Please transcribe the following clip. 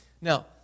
Now